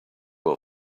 will